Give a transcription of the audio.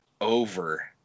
over